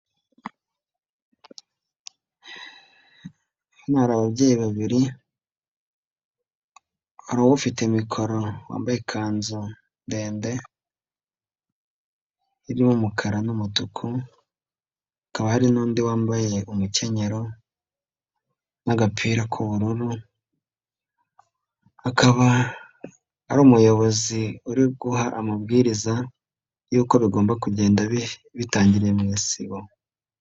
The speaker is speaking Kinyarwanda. Hano hari ababyeyi babiri, hari ufite mikoro wambaye ikanzu ndende irimo umukara n'umutuku, hakaba hari n'undi wambaye umukenyero n'agapira k'ubururu, akaba ari umuyobozi uri guha amabwiriza y'uko bigomba kugenda bitangiriye mu Isibo.